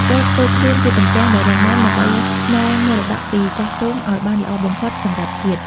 ចូរធ្វើខ្លួនជាទំពាំងដែលរឹងមាំ ដើម្បីស្នងមរតកពីចាស់ទុំឱ្យបានល្អបំផុតសម្រាប់ជាតិ។